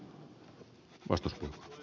arvoisa puhemies